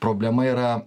problema yra